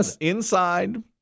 inside